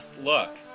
Look